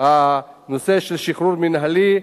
הנושא של שחרור מינהלי,